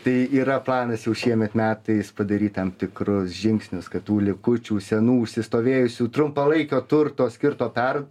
tai yra planas jau šiemet metais padaryt tam tikrus žingsnius kad tų likučių senų užsistovėjusių trumpalaikio turto skirto per